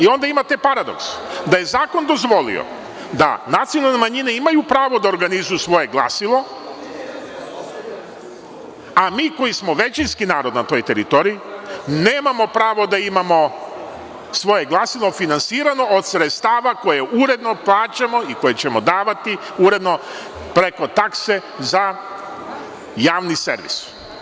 Onda imate paradoks da je zakon dozvolio da nacionalne manjine imaju pravo da organizuju svoje glasilo, a mi koji smo većinski narod na toj teritoriji nemamo pravo da imamo svoje glasilo finansirano od sredstava koje uredno plaćamo i koje ćemo davati uredno preko takse za javni servis.